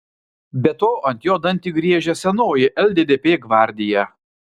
be to ant jo dantį griežia senoji lddp gvardija